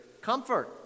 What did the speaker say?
comfort